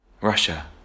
Russia